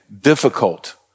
difficult